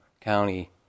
County